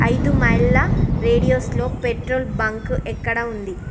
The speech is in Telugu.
ఐదు మైళ్ల రేడియస్లో పెట్రోల్ బంకు ఎక్కడ ఉంది